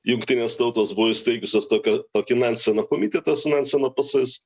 jungtinės tautos buvo įsteigusios tokią tokį nanseno komitetą su nanseno pasais